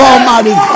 Almighty